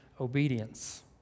obedience